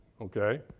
okay